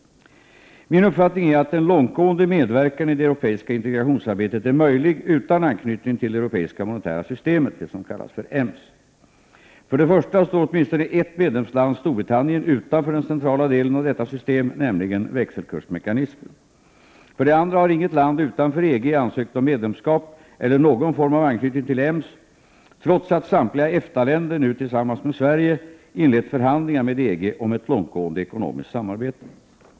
Min uppfattning är att en långtgående medverkan i det europeiska integrationsarbetet är möjlig utan anknytning till det europeiska monetära systemet, EMS. För det första står åtminstone ett medlemsland, Storbritannien, utanför den centrala delen av detta system, nämligen växelkursmekanismen. För det andra har inget land utanför EG ansökt om medlemskap eller någon form av anknytning till EMS trots att samtliga EFTA-länder nu tillsammans med Sverige inlett förhandlingar med EG om ett långtgående ekonomiskt samarbete.